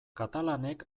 katalanek